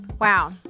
Wow